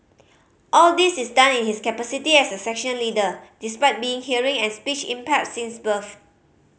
all this is done in his capacity as a section leader despite being hearing and speech impaired since birth